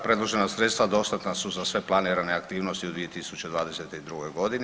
Predložena sredstva dostatna su za sve planirane aktivnosti u 2022. godini.